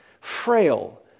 Frail